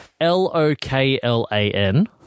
L-O-K-L-A-N